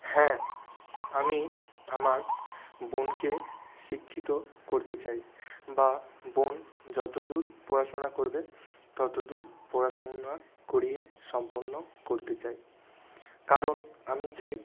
হ্যাঁ আমি আমার বোনকে শিক্ষিত করতে চাই বা বোন যতো দূর পড়াশোনা করবে তত দূর পড়াশুনা করিয়ে সম্পন্ন করতে চাই কারণ আমি চাই